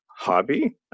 hobby